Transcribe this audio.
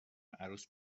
عروس